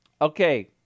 okay